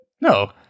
no